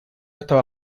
estaba